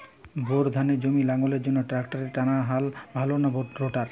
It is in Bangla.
বোর ধানের জমি লাঙ্গলের জন্য ট্রাকটারের টানাফাল ভালো না রোটার?